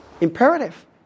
Imperative